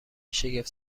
شگفت